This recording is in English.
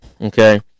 okay